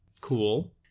cool